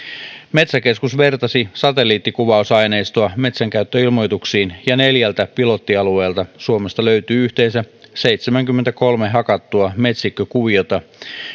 metsäkeskus vertasi satelliittikuvausaineistoa metsänkäyttöilmoituksiin ja neljältä pilottialueelta suomesta löytyi yhteensä seitsemänkymmentäkolme hakattua metsikkökuviota